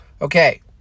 Okay